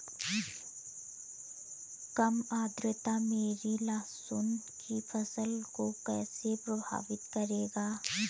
कम आर्द्रता मेरी लहसुन की फसल को कैसे प्रभावित करेगा?